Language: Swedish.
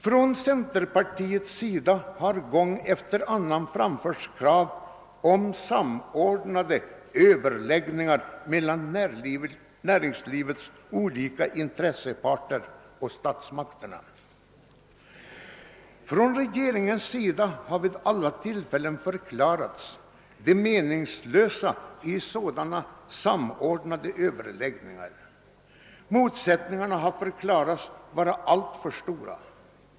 Från centerpartiets sida har gång efter annan framförts krav om samordnande överläggningar mellan näringslivets olika intresseparter och statsmakterna. Från regeringens sida har vid alla tillfällen förklarats det meningslösa i sådana samordnande överläggningar. Motsättningarna har förklarats vara alltför stora.